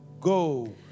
go